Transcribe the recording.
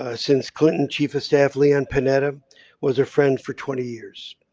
ah since clinton chief of staff leon panetta was a friend for twenty years.